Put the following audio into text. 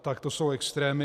Tak to jsou extrémy.